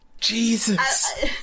Jesus